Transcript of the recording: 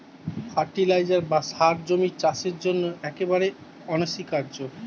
fertiliser বা সার জমির চাষের জন্য একেবারে অনস্বীকার্য